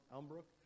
Elmbrook